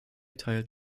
teilt